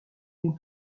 une